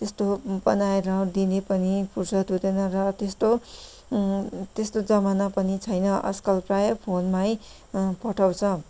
त्यस्तो बनाएर दिने पनि फुर्सद हुँदैन र त्यस्तो त्यस्तो जमाना पनि छैन आजकल प्राय फोनमै पठाउँछ